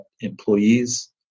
employees